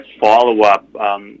follow-up